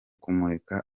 kumurika